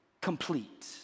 complete